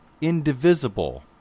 indivisible